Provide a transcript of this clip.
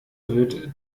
wird